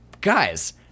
guys